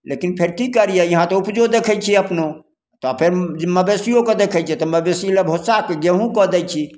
लेकिन फेर कि करिए यहाँ तऽ उपजो देखै छिए अपनहु तऽ फेर मवेशिओके देखै छिए तऽ मवेशीले भुस्साके गेहूँ कऽ दै छी